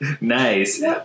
nice